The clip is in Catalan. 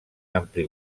ampli